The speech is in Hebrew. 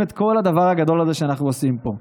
את כל הדבר הגדול הזה שאנחנו עושים פה.